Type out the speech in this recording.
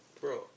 Bro